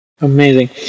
Amazing